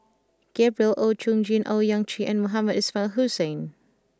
Gabriel Oon Chong Jin Owyang Chi and Mohamed Ismail Hussain